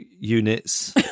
units